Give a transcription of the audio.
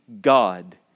God